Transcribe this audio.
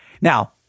now